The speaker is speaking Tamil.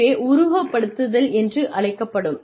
இதுவே உருவகப்படுத்துதல் என்று அழைக்கப்படும்